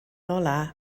olaf